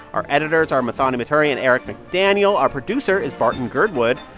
our editors are mathony maturi and eric mcdaniel. our producer is barton girdwood.